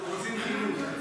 אנחנו רוצים חינוך.